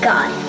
God